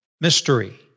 Mystery